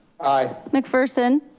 aye. mcpherson.